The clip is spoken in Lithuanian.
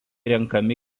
renkami